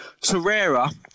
Torreira